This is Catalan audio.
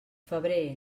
febrer